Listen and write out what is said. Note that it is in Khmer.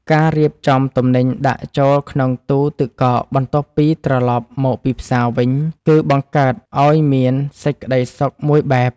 ការរៀបចំទំនិញដាក់ចូលក្នុងទូទឹកកកបន្ទាប់ពីត្រឡប់មកពីផ្សារវិញ គឺបង្កើតឲ្យមាន សេចក្ដីសុខមួយបែប។